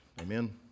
amen